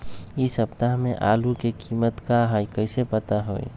इ सप्ताह में आलू के कीमत का है कईसे पता होई?